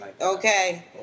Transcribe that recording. Okay